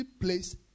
place